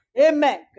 Amen